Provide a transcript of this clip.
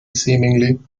seemingly